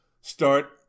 start